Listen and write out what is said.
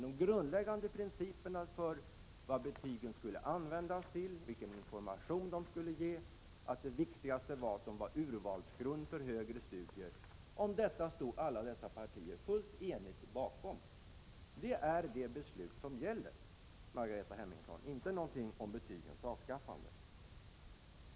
De grundläggande principerna för vad betygen skulle användas till, vilken information de skulle ge och att det viktigaste var att de var urvalsgrund för högre studier stod alla dessa partier helt eniga bakom. Det är det beslutet som gäller, Margareta Hemmingsson — inte någonting om betygens avskaffande.